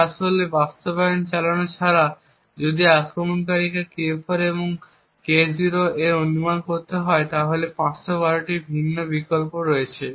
তাই আসলে এই বাস্তবায়ন চালানো ছাড়া যদি আক্রমণকারীকে K0 এবং K4 এর মান অনুমান করতে হয় তাহলে 512টি ভিন্ন বিকল্প রয়েছে